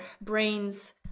brains